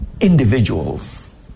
individuals